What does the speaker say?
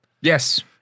Yes